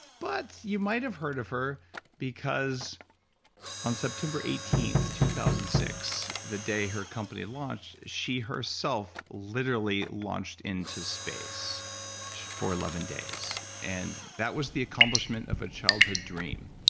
but you might have heard of her because on september eighteenth, two thousand and six, the day her company launched. she herself literally launched into space for eleven days. and that was the accomplishment of a childhood dream.